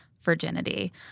virginity